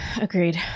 Agreed